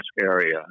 area